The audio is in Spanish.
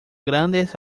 grandes